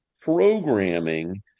programming